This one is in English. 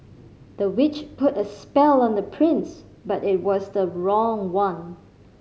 the witch put a spell on the prince but it was the wrong one